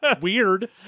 weird